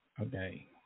Okay